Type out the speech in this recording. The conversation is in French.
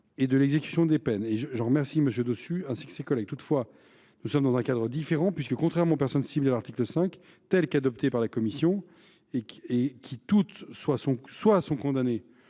et de l’exécution des peines, et j’en remercie M. Dossus et ses collègues. Toutefois, nous sommes dans un cadre différent, puisque, contrairement aux personnes ciblées par l’article 5, tel qu’il a été adopté par la commission spéciale, et qui soit sont condamnées,